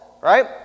right